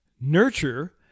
Nurture